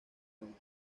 cámara